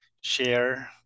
share